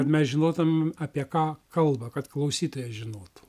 kad mes žinotumėm apie ką kalba kad klausytojas žinotų